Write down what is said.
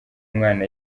umwana